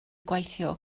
gweithio